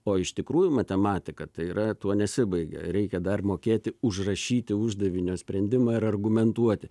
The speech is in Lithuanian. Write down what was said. o iš tikrųjų matematika tai yra tuo nesibaigia reikia dar mokėti užrašyti uždavinio sprendimą ir argumentuoti